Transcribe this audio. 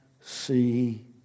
see